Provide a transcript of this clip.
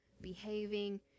behaving